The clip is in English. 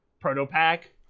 proto-pack